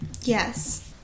yes